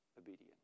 obedience